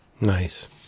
Nice